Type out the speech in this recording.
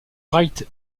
wright